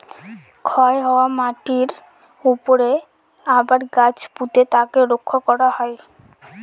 ক্ষয় হওয়া মাটিরর উপরে আবার গাছ পুঁতে তাকে রক্ষা করা হয়